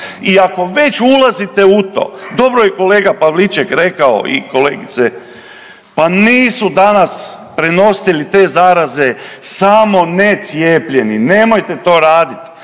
i ako već ulazite u to, dobro je kolega Pavliček rekao i kolegice, pa nisu danas prenositelji te zaraze samo necijepljeni, nemojte to raditi.